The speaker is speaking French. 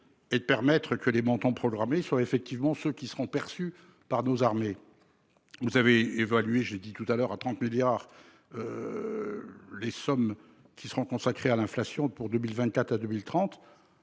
et de permettre que les montants. Soit effectivement ceux qui seront perçus par nos armées. Vous avez évalué, j'ai dit tout à l'heure à 30 milliards. Les sommes qui seront consacrés à l'inflation pour 2024 à 2030.